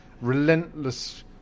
relentless